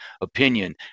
opinion